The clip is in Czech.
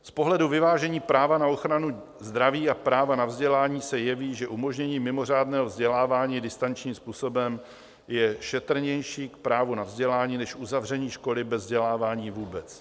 Z pohledu vyvážení práva na ochranu zdraví a práva na vzdělání se jeví, že umožnění mimořádného vzdělávání distančním způsobem je šetrnější k právu na vzdělání než uzavření školy bez vzdělávání vůbec.